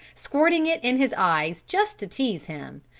squirting it in his eyes just to tease him,